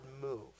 move